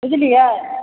बुझलियै